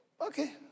okay